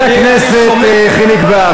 חבר הכנסת חיליק בר,